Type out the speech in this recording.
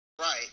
Right